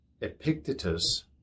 Epictetus